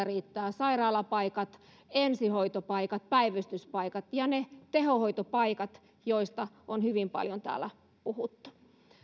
riittävät sairaalapaikat ensihoitopaikat päivystyspaikat ja ne tehohoitopaikat joista on hyvin paljon täällä puhuttu